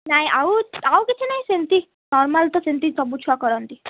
ନାଇ ଆଉ ଆଉ କିଛି ନାହିଁ ସେମିତି ନର୍ମାଲ୍ ତ ସେମିତି ସବୁ ଛୁଆ କରନ୍ତି